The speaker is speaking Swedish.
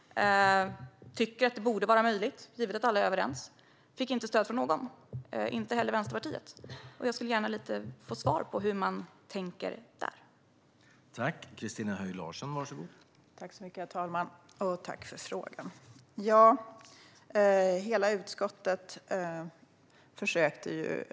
Jag tyckte att det borde vara möjligt, givet att alla är överens. Men jag fick inte stöd från någon, inte heller från Vänsterpartiet. Därför vill jag gärna få svar på hur ni tänker om detta.